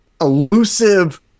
elusive